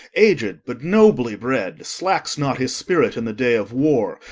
aged, but nobly bred, slacks not his spirit in the day of war,